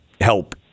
help